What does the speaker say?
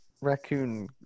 Raccoon